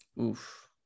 Oof